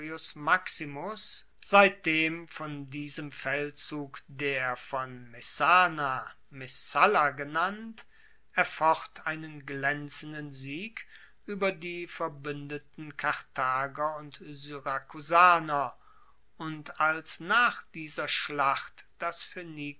maximus seitdem von diesem feldzug der von messana messalla genannt erfocht einen glaenzenden sieg ueber die verbuendeten karthager und syrakusaner und als nach dieser schlacht das phoenikische